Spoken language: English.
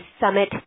Summit